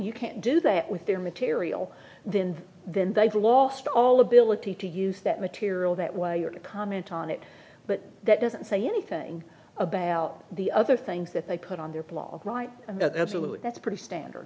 you can't do that with their material then then they've lost all ability to use that material that way or to comment on it but that doesn't say anything about the other things that they put on their blog right and that absolutely that's pretty standard